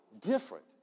different